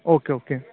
okay okay